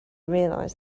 realize